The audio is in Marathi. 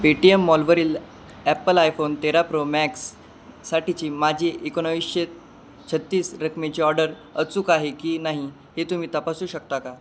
पेटीएम मॉलवरील ॲप्पल आयफोन तेरा प्रो मॅक्स साठीची माझी एकोणवीसशे छत्तीस रकमेची ऑर्डर अचूक आहे की नाही हे तुम्ही तपासू शकता का